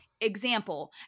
example